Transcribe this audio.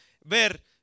ver